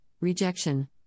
rejection